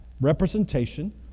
representation